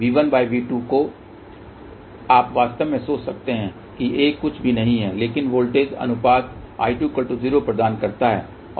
V1V2 तो आप वास्तव में सोच सकते हैं कि A कुछ भी नहीं है लेकिन वोल्टेज अनुपात I20 प्रदान करता है